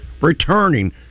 returning